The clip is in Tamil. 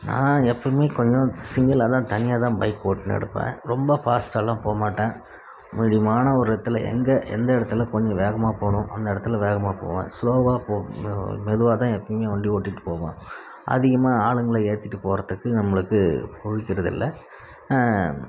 நான் எப்பவுமே கொஞ்சம் சிங்கிளாக தான் தனியாக தான் பைக் ஓட்டின்னு இருப்பேன் ரொம்ப ஃபாஸ்ட்டெலாம் போகமாட்டேன் மீடியமான ஒரு இடத்துல எங்கே எந்த இடத்துல கொஞ்சம் வேகமாக போகணும் அந்த இடத்துல வேகமாக போவேன் ஸ்லோவாக போகணும் மெதுவாக தான் எப்பவுமே வண்டி ஓட்டிகிட்டு போவேன் அதிகமாக ஆளுங்களை ஏற்றிட்டு போவதுக்கு நம்மளுக்கு பிடிக்கறது இல்லை